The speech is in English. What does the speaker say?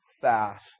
fast